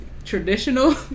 Traditional